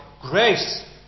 Grace